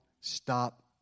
stop